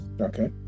Okay